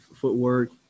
footwork